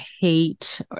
hate